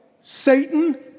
Satan